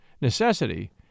Necessity